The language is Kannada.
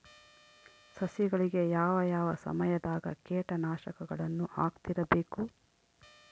ಸಸಿಗಳಿಗೆ ಯಾವ ಯಾವ ಸಮಯದಾಗ ಕೇಟನಾಶಕಗಳನ್ನು ಹಾಕ್ತಿರಬೇಕು?